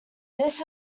this